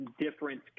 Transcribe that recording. different